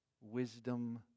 wisdom